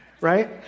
right